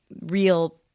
real